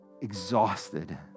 exhausted